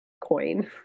coin